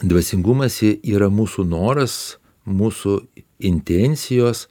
dvasingumas yra mūsų noras mūsų intencijos